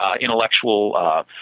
intellectual